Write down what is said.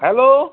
hello